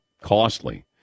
costly